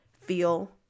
feel